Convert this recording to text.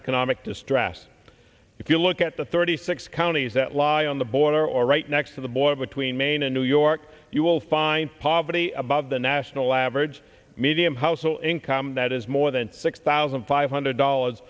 economic distress if you look at the thirty six counties that lie on the border or right next to the border between maine and new york you will find poverty above the national average median household income that is more than six thousand five hundred dollars